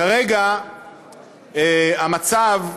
כרגע המצב,